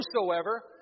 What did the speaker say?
whosoever